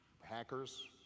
hackers